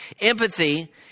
Empathy